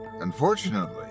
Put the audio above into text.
Unfortunately